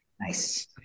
Nice